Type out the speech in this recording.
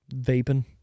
vaping